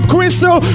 Crystal